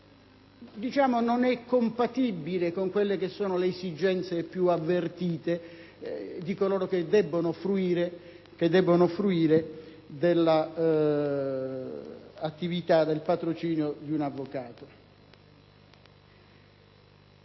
vuole, non è compatibile con le esigenze più avvertite di coloro che debbono fruire dell'attività di patrocinio di un avvocato.